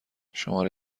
شماره